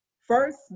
first